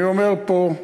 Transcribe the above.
אני אומר פה,